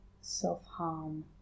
Self-harm